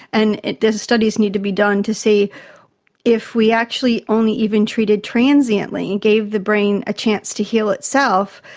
and and studies need to be done to see if we actually only even treated transiently and gave the brain a chance to heal itself,